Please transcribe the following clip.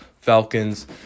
Falcons